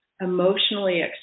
emotionally